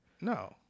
No